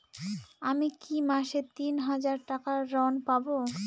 আমি কি মাসে তিন হাজার টাকার ঋণ পাবো?